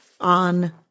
on